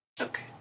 Okay